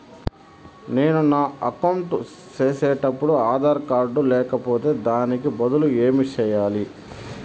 నేను నా అకౌంట్ సేసేటప్పుడు ఆధార్ కార్డు లేకపోతే దానికి బదులు ఏమి సెయ్యాలి?